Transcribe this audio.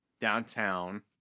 downtown